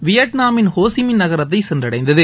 வியட்நாமின் Ho Chi Minh நகரத்தை சென்றடைந்தது